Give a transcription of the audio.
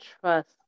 trust